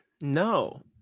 No